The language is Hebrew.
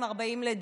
לדימונה,